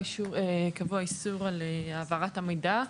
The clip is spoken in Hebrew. קבוע איסור על העברת המידע,